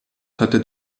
hatte